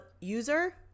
user